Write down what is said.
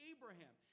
Abraham